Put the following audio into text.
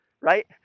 right